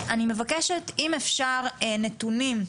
אני מבקשת אם אפשר נתונים.